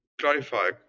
clarify